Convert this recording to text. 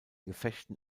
gefechten